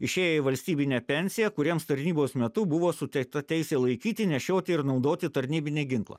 išėję į valstybinę pensiją kuriems tarnybos metu buvo suteikta teisė laikyti nešioti ir naudoti tarnybinį ginklą